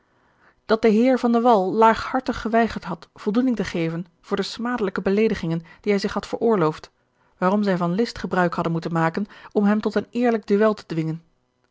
dat de heer van de wall laaghartig geweigerd had voldoening te geven voor de smadelijke beleedigingen die hij zich had veroorloofd waarom zij van list gebruik hadden moeten maken om hem tot een eerlijk duel te dwingen